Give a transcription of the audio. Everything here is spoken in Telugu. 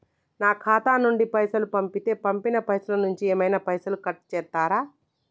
నా ఖాతా నుండి పైసలు పంపుతే పంపిన పైసల నుంచి ఏమైనా పైసలు కట్ చేత్తరా?